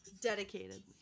Dedicated